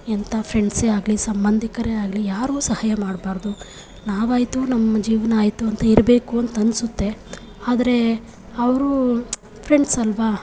ಎಂಥ ಫ್ರೆಂಡ್ಸೇ ಆಗಲೀ ಸಂಬಂಧಿಕರೇ ಆಗಲೀ ಯಾರ್ಗೂ ಸಹಾಯ ಮಾಡಬಾರ್ದು ನಾವಾಯಿತು ನಮ್ಮ ಜೀವನ ಆಯಿತು ಅಂತ ಇರಬೇಕು ಅಂತನ್ನಿಸುತ್ತೆ ಆದರೆ ಅವರು ಫ್ರೆಂಡ್ಸಲ್ವಾ